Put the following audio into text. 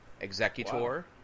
Executor